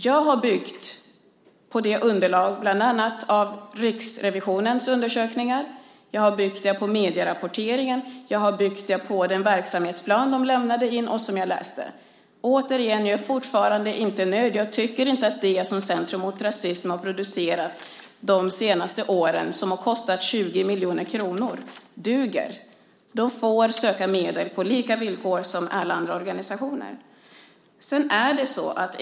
Jag har byggt på underlag av bland annat Riksrevisionens undersökningar, medierapporteringen och den verksamhetsplan som de lämnade in och som jag läste. Jag är fortfarande inte nöjd. Jag tycker inte att det som Centrum mot rasism har producerat de senaste åren, som har kostat 20 miljoner kronor, duger. De får söka medel på samma villkor som alla andra organisationer.